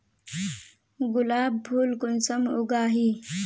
गुलाब फुल कुंसम उगाही?